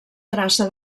traça